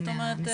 זאת אומרת,